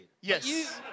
Yes